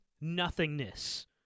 nothingness